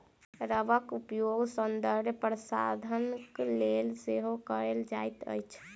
रबड़क उपयोग सौंदर्य प्रशाधनक लेल सेहो कयल जाइत अछि